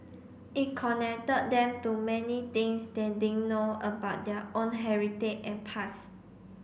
it connected them to many things they didn't know about their own heritage and pass